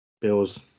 Bills